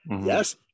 Yes